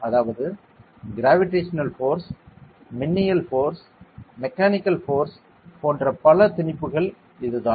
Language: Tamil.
அதாவது கிரவிடேஷனல் ஃபோர்ஸ் மின்னியல் ஃபோர்ஸ் மெக்கானிக்கல் ஃபோர்ஸ் போன்ற பல திணிப்புகள் இதுதான்